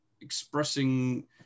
expressing